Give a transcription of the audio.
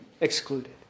excluded